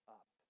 up